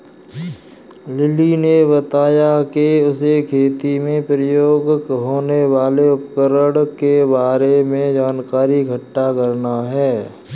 lily ने बताया कि उसे खेती में प्रयोग होने वाले उपकरण के बारे में जानकारी इकट्ठा करना है